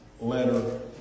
letter